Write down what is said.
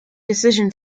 decision